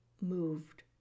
moved